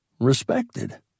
Respected